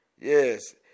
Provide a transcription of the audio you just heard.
Yes